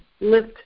lift